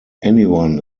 anyone